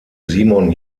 simon